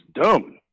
dumb